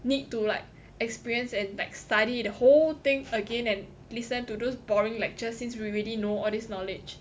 need to like experience and like study the whole thing again and listen to those boring lectures since we already know all this knowledge